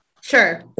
Sure